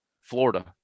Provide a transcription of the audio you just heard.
Florida